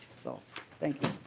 so thank you.